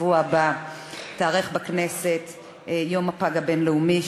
בשבוע הבא ייערך בכנסת יום הפג הבין-לאומי,